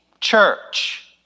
church